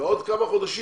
בעוד כמה חודשים,